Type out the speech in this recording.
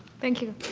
thank you.